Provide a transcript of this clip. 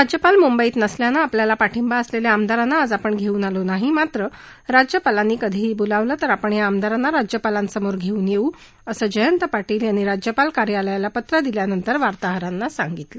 राज्यपाल मुंबईत नसल्यानं आपल्याला पाठिंबा असलेल्या आमदारांना आज आपण घेऊन आलो नाही मात्र राज्यपालांनी कधीही बोलावलं तर आपण या आमदारांना राज्यपालांसमोर घेऊन येऊ असं जयंत पार्शेल यांनी राज्यपाल कार्यालयाला पत्र दिल्यानंतर वार्ताहरांना सांगितलं